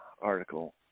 Article